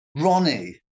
Ronnie